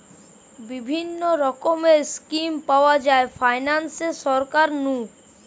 বিভিন্ন রকমের স্কিম পাওয়া যায় ফাইনান্সে সরকার নু